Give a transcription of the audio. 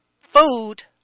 food